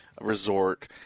resort